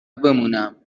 بمونم